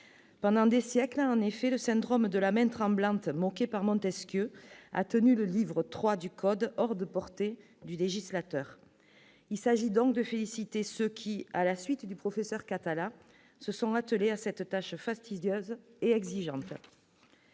pendant des siècles, en effet, le syndrome de la main tremblante par Montesquieu a tenu le livre 3 du code hors de portée du législateur, il s'agit donc de féliciter ceux qui, à la suite du professeur Cathala se sont attelés à cette tâche fastidieuse et exigeante.